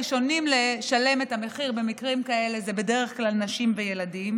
הראשונים לשלם את המחיר במקרים כאלה הם בדרך כלל נשים וילדים,